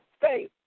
faith